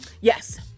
Yes